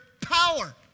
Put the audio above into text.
power